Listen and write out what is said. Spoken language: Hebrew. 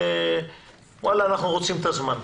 ואנחנו רוצים את הזמן.